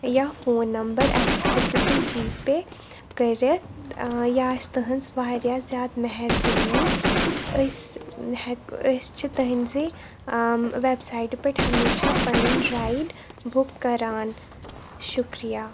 یا phone number اسہِ ہیٚکِو تُہۍ جی پے کٔرِتھ ٲں یہِ آسہِ تہنٛز واریاہ زیادٕ مہربٲنی أسۍ ہیٚک أسۍ چھِ تہنٛزے ٲں ویب سایٹہِ پٮ۪ٹھ ہمیشہ پَنٕنۍ رایڈ بُک کَران شُکریہ